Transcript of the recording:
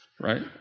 right